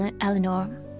Eleanor